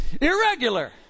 irregular